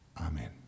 Amen